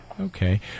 Okay